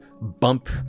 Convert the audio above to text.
bump